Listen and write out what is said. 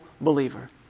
believer